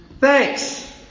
Thanks